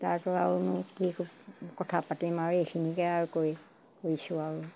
তাৰ পৰা আৰুনো কি কথা পাতিম আৰু এইখিনিকে আৰু কৈ কৈছো আৰু